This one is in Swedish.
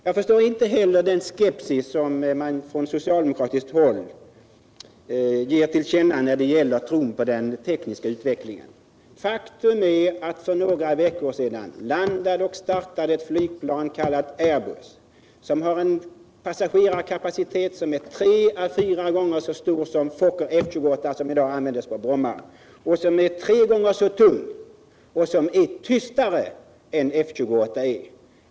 Jag förstår inte heller den skepsis som man från socialdemokratiskt håll ger till känna när det gäller tron på den tekniska utvecklingen. Faktum är att för några veckor sedan landade och startade ett flygplan kallat Air Bus, vars passagerarkapacitet är tre fyra gånger så stor och som är tre gånger så tungt som Fokker F-28 som i dag används på Bromma men är tystare än F-28.